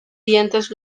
dientes